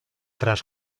tras